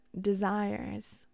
desires